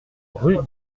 rue